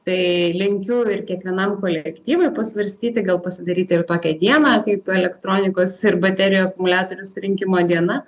tai linkiu ir kiekvienam kolektyvui pasvarstyti gal pasidaryti ir tokią dieną kaip elektronikos ir baterijų akumuliatorių surinkimo diena